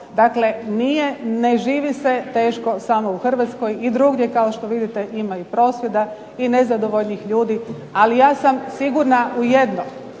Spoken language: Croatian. Dakle, nije, ne živi se teško samo u Hrvatskoj. I drugdje kao što vidite ima prosvjeda i nezadovoljnih ljudi ali ja sam sigurna u jedno.